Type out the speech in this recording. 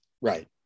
right